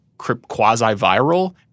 quasi-viral